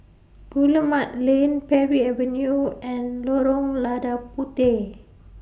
Guillemard Lane Parry Avenue and Lorong Lada Puteh